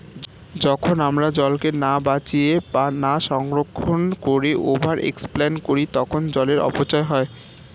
যখন আমরা জলকে না বাঁচিয়ে বা না সংরক্ষণ করে ওভার এক্সপ্লইট করি তখন জলের অপচয় হয়